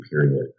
period